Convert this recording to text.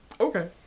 Okay